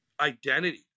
identity